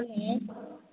hello